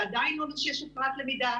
ועדיין לא אומר שיש הפרעת למידה.